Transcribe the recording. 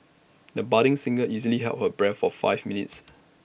the budding singer easily held her breath for five minutes